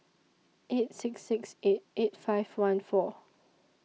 eight six six eight eight five one four